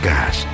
Gas